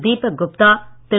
Deepak Gupta Thiru